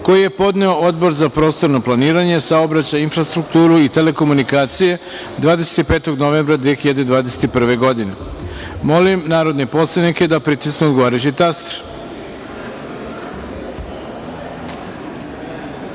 koji je podneo Odbor za prostorno planiranje, saobraćaj, infrastrukturu i telekomunikacije 25. novembra 2021. godine. Molim poslanike da pritisnu odgovarajući